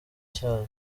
cyazo